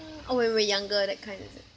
oh when we were younger that kind is it